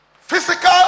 physical